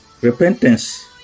repentance